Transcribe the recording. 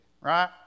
right